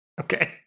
Okay